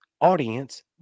audience